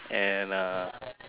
and uh